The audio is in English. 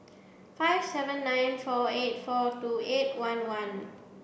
five seven nine four eight four two eight one one